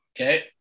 Okay